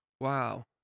Wow